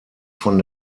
von